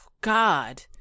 God